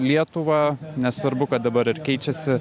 lietuvą nesvarbu kad dabar ir keičiasi